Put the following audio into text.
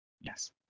Yes